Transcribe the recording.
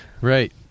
Right